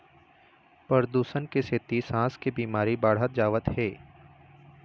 परदूसन के सेती सांस के बिमारी बाढ़त जावत हे